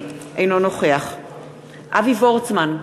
אינו נוכח אבי וורצמן,